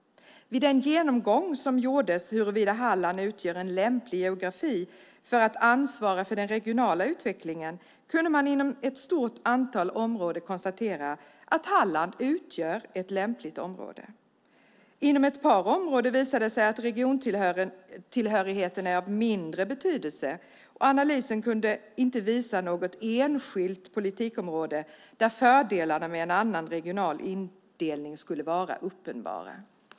Vid den genomgång som gjordes om huruvida Halland utgör en lämplig geografi för att ansvara för den regionala utvecklingen kunde man inom ett stort antal områden konstatera att Halland utgör ett lämpligt område. Inom ett par områden visade det sig att regiontillhörigheten är av mindre betydelse. Analysen kunde inte visa något enskilt politikområde där fördelarna med en annan regional indelning skulle vara uppenbara.